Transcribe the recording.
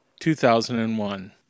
2001